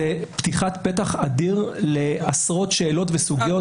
זה פתיחת פתח אדיר לעשרות שאלות וסוגיות שלא ייפתרו.